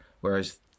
whereas